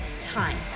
time